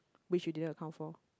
which you didn't account for